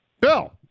Bill